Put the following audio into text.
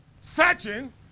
Searching